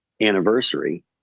anniversary